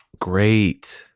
great